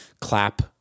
clap